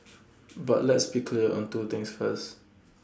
but let's be clear on two things first